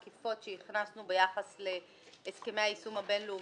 הכנסת שהגישו את החוק ואתמול ביקשתי שזה ייכנס לתוך החוק.